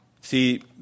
See